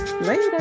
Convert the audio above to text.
Later